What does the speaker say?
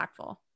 impactful